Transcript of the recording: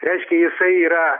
reiškia jisai yra